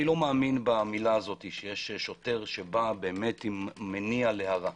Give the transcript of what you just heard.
אני לא מאמין שיש שוטר שבא עם מניע להרע.